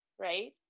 right